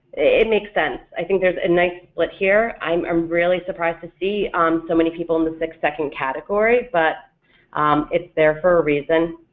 it makes sense, i think there's a nice split here, i'm um really surprised to see so many people in the six second category, but it's there for a reason,